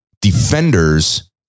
defenders